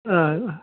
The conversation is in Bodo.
ओ